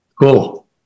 cool